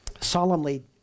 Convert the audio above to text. solemnly